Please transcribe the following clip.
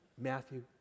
Matthew